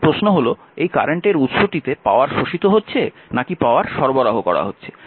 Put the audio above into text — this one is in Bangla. এখন প্রশ্ন হল এই কারেন্টের উৎসটিতে পাওয়ার শোষিত হচ্ছে নাকি পাওয়ার সরবরাহ করা হচ্ছে